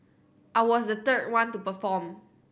I was the third one to perform